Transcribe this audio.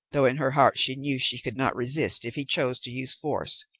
though in her heart she knew she could not resist if he chose to use force.